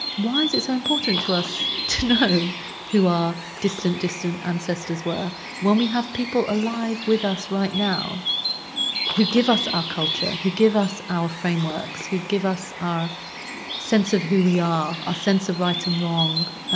why is it so important to us to know who our distant, distant ancestors were when we have people alive with us right now who give us our culture, who give us our frameworks, who give us our sense of who we are, our ah sense of right and wrong,